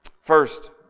First